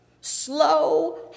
slow